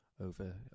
over